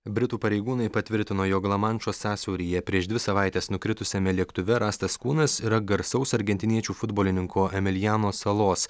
britų pareigūnai patvirtino jog lamanšo sąsiauryje prieš dvi savaites nukritusiame lėktuve rastas kūnas yra garsaus argentiniečių futbolininko emiliano salos